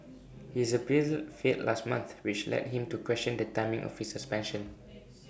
his appeal failed last month which led him to question the timing of his suspension